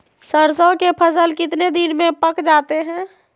सरसों के फसल कितने दिन में पक जाते है?